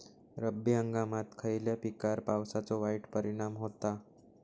रब्बी हंगामात खयल्या पिकार पावसाचो वाईट परिणाम होता?